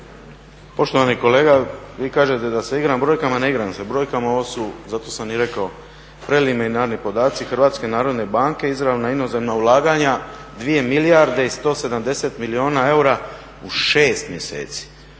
Poštovani kolega, vi kažete da se igram brojkama, ne igram se brojkama, ovo su, zato sam i rekao, preliminarni podaci Hrvatske narodne banke izravno na inozemna ulaganja 2 milijarde i 170 milijuna eura u 6 mjeseci.